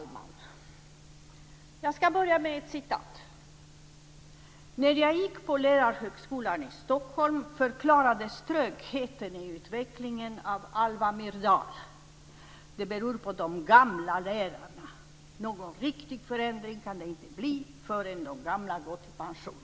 Fru talman! Jag ska börja med ett citat. "När jag gick på Lärarhögskolan i Stockholm förklarades trögheten i utvecklingen av Alva Myrdal: Det beror på de gamla lärarna, någon riktig förändring kan det inte bli förrän de gamla gått i pension.